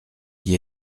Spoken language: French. qui